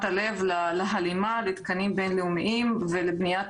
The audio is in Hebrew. לב להלימה לתקנים בינלאומיים ולבניית